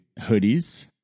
hoodies